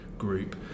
group